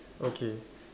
okay